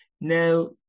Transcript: Now